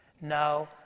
No